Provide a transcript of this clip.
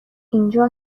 اینجا